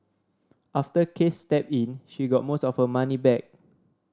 after case stepped in she got most of her money back